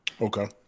Okay